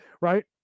Right